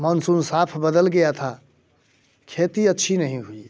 monsoon साफ बदल गया था खेती अच्छी नहीं हुई